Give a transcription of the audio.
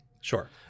Sure